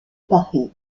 paris